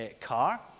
car